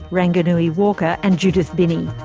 ranganui walker and judith binney.